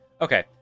Okay